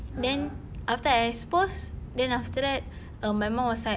then after I exposed then after that err my mum was like